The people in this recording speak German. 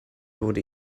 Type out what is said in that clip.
wurde